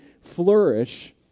flourish